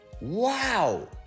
Wow